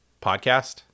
podcast